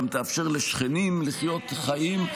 שגם תאפשר לשכנים לחיות חיים,